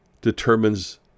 determines